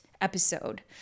episode